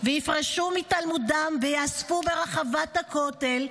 ויפרשו מתלמודם וייאספו ברחבת הכותל,